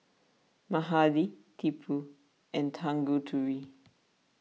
Mahade Tipu and Tanguturi